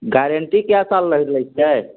guarantee कए साल लए लै छै